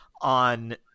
on